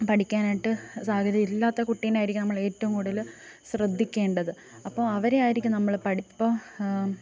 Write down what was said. പഠിക്കാനായിട്ട് സാദ്ധ്യത ഇല്ലാത്ത കുട്ടീനെ ആയിരിക്കും നമ്മൾ ഏറ്റവും കൂടുതൽ ശ്രദ്ധിക്കേണ്ടത് അപ്പോൾ അവരെ ആയിരിക്കും നമ്മൾ പഠി പ്പൊ ഇപ്പോൾ